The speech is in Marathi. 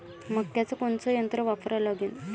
मक्याचं कोनचं यंत्र वापरा लागन?